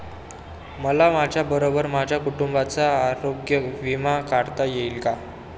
मला माझ्याबरोबर माझ्या कुटुंबाचा आरोग्य विमा काढता येईल का?